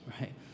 right